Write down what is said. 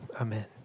amen